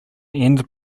end